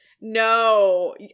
No